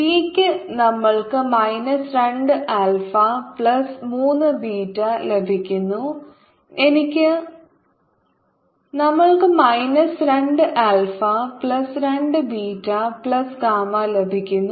T യ്ക്ക് നമ്മൾക്ക് minus 2 alpha plus 3 beta ലഭിക്കുന്നു എനിക്ക് നമ്മൾക്ക് minus 2 alpha plus 2 beta plus gamma ലഭിക്കുന്നു